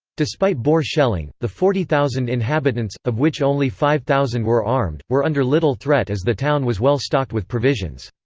despite boer shelling, the forty thousand inhabitants, of which only five thousand were armed, were under little threat as the town was well-stocked with provisions.